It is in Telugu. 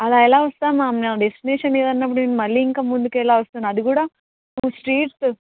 అలా ఎలా వస్తాం మ్యామ్ మేము డెస్టినేషన్ ఏదైనా మేము మళ్ళీ ఇంకా ముందుకు ఎలా వస్తాను అది కూడా టూ స్ట్రీట్స్